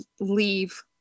leave